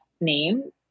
name